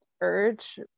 urge